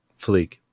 fleek